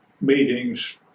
meetings